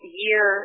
year